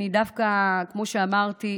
כמו שאמרתי,